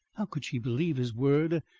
how could she believe his word,